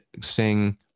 sing